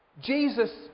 Jesus